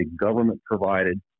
government-provided